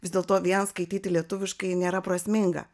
vis dėlto vien skaityti lietuviškai nėra prasminga